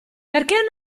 perché